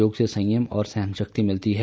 योग से संयम और सहनशक्ति मिलती है